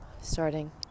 Starting